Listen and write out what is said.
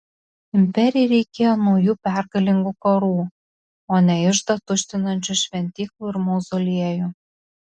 imperijai reikėjo naujų pergalingų karų o ne iždą tuštinančių šventyklų ir mauzoliejų